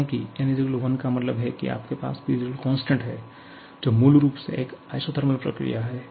क्योंकि n 1 का मतलब है कि आपके पास PV constant है जो मूल रूप से एक आइसोथर्मल प्रक्रिया है